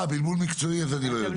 בלבול מקצועי, אז אני לא יודע.